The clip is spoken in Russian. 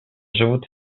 живут